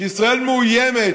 כשישראל מאוימת